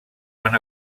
van